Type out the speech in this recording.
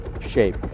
shape